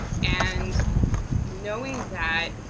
and knowing that,